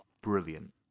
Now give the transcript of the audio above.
brilliant